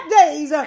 days